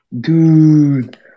Dude